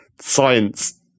science